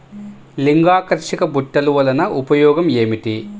లింగాకర్షక బుట్టలు వలన ఉపయోగం ఏమిటి?